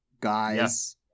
guys